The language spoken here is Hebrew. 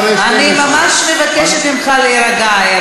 כנראה מיקי זוהר מתעורר אחרי 24:00. אני ממש מבקשת ממך להירגע הערב,